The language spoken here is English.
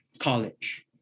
college